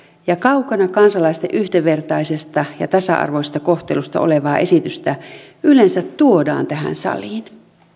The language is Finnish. ja kaukana kansalaisten yhdenvertaisesta ja tasa arvoisesta kohtelusta olevaa esitystä yleensä tuodaan tähän saliin